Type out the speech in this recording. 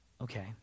Okay